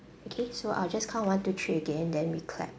okay so I'll just count one two three again then we clap